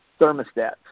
thermostats